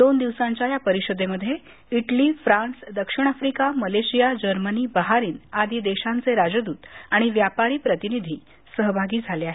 दोन दिवसांच्या परिषदेमध्ये इटली फ्रांस दक्षिण आफ्रिका मलेशिया जर्मनी बहारीन आदी देशांचे राजदूत आणि व्यापारी प्रतिनिधी सहभागी झाले आहेत